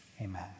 Amen